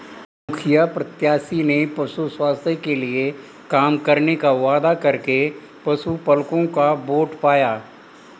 मुखिया प्रत्याशी ने पशु स्वास्थ्य के लिए काम करने का वादा करके पशुपलकों का वोट पाया